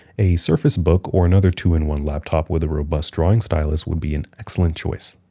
a surface book or another two in one laptop with a robust drawing stylus would be an excellent choice.